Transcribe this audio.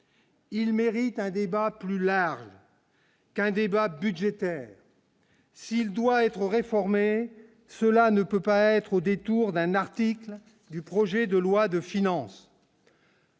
Il mérite un débat plus large qu'un débat budgétaire. S'il doit être réformé, cela ne peut pas être au détour d'un article du projet de loi de finances.